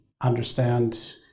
understand